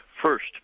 First